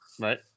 Right